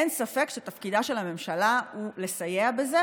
אין ספק שתפקידה של הממשלה הוא לסייע בזה,